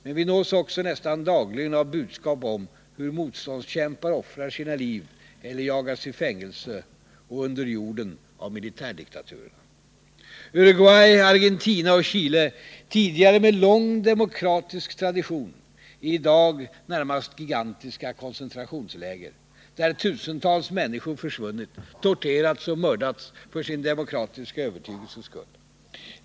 Men vi nås också nästan dagligen av budskap om hur motståndskämpar offrar sina liv eller jagas i fängelse och under jorden av militärdiktaturen. Uruguay, Argentina och Chile, tidigare med lång demokratisk tradition, är i dag närmast gigantiska koncentrationsläger, där tusentals människor försvunnit, torterats och mördats för sin demokratiska övertygelses skull.